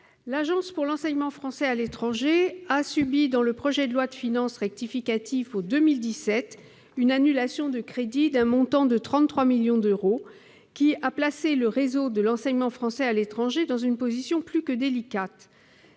L'Agence pour l'enseignement français à l'étranger a subi, dans le projet de loi de finances rectificative pour 2017, une annulation de crédits d'un montant de 33 millions d'euros qui a placé ce réseau dans une position plus que délicate.